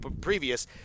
previous